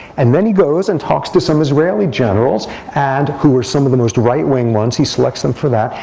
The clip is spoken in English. and then he goes and talks to some israeli generals and who are some of the most right wing ones. he selects them for that.